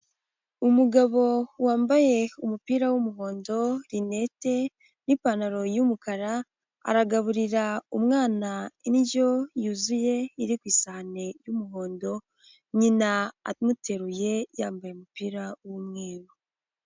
Umugabo wambaye umupira w'umuhondo, linete n'ipantaro y'umukara, aragaburira umwana indyo yuzuye iri ku isahani y'umuhondo nyina amuteruye yambaye umupira w'umweru.